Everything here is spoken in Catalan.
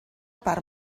part